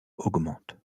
augmente